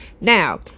now